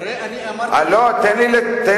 תראה, אני אמרתי לך, לא, תן לי לסיים.